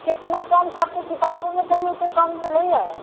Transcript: तऽ केतना कम करतै किताबोमे कहि एते कम भेलैहँ